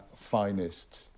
finest